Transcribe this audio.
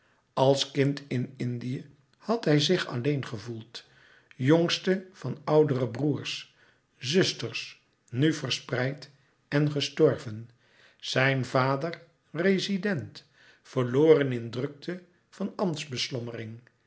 als kind in indië had hij zich alleen gevoeld jongste van oudere broêrs zusters nu verspreid en gestorven zijn vader rezident verloren in drukte van